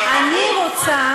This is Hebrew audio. אני רוצה